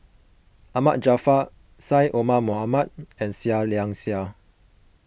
Ahmad Jaafar Syed Omar Mohamed and Seah Liang Seah